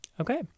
Okay